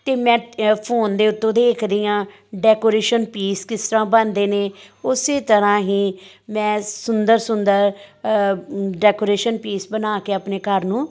ਅਤੇ ਮੈਂ ਫੋਨ ਦੇ ਉੱਤੋਂ ਦੇਖ ਰਹੀ ਹਾਂ ਡੈਕੋਰੇਸ਼ਨ ਪੀਸ ਕਿਸ ਤਰ੍ਹਾਂ ਬਣਦੇ ਨੇ ਉਸ ਤਰ੍ਹਾਂ ਹੀ ਮੈਂ ਸੁੰਦਰ ਸੁੰਦਰ ਡੈਕੋਰੇਸ਼ਨ ਪੀਸ ਬਣਾ ਕੇ ਆਪਣੇ ਘਰ ਨੂੰ